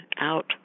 out